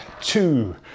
two